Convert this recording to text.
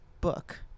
book